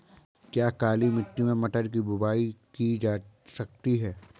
क्या काली मिट्टी में मटर की बुआई की जा सकती है?